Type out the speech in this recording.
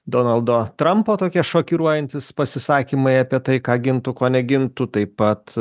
donaldo trampo tokie šokiruojantys pasisakymai apie tai ką gintų kuo negintų taip pat